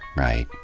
right.